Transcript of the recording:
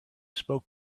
spoke